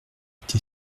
été